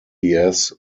makes